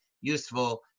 useful